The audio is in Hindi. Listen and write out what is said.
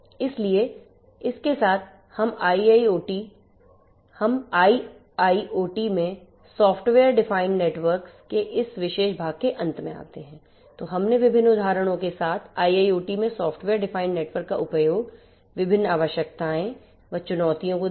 इसलिए इसके साथ हम आईआईओटी में सॉफ्टवेयर डिफाइन्ड नेटवर्क्स के इस विशेष भाग के अंत में आते हैं तो हमने विभिन्न उदाहरणों के साथ IIoT में सॉफ्टवेयर डिफाइंड नेटवर्क का उपयोग विभिन्न आवश्यकताएं व चुनौतियों को देखा